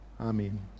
Amen